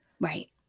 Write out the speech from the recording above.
Right